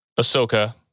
Ahsoka